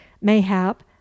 mayhap